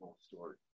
story